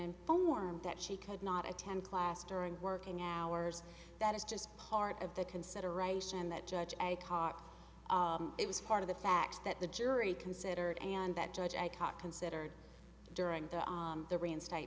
and that she could not attend class during working hours that is just part of the consideration that judge i caught it was part of the fact that the jury considered and that judge i caught considered during the reinstate